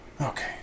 Okay